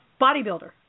bodybuilder